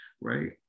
right